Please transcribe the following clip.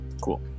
cool